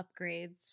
upgrades